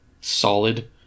solid